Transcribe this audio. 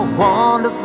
wonderful